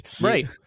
right